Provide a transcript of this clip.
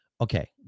Okay